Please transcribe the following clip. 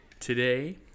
Today